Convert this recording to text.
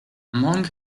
among